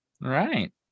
Right